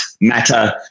matter